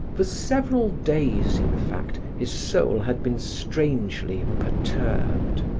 for several days, in fact, his soul had been strangely perturbed.